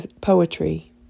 poetry